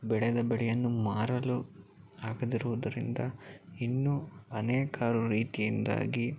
ಬೆಳೆದ ಬೆಳೆಯನ್ನು ಮಾರಲು ಆಗದಿರುವುದರಿಂದ ಇನ್ನೂ ಅನೇಕಾರು ರೀತಿಯಿಂದಾಗಿ